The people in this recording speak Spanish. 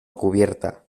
cubierta